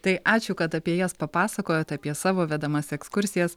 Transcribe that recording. tai ačiū kad apie jas papasakojot apie savo vedamas ekskursijas